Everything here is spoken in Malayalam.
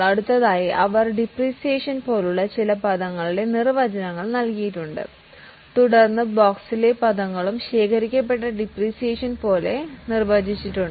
അടുത്തതായി അവർ ഡിപ്രീസിയേഷൻ പോലുള്ള ചില പദങ്ങളുടെ നിർവചനങ്ങൾ നൽകി തുടർന്ന് ബോക്സിലെ പദങ്ങളും അക്കയുമിലേറ്റസ്ഡ് ഡിപ്രീസിയേഷൻ നിർവചിക്കപ്പെട്ടിട്ടുണ്ട്